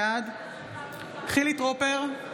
בעד חילי טרופר,